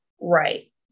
Right